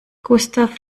gustav